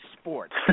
sports